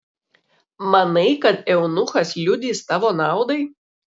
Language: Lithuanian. manai kad eunuchas liudys tavo naudai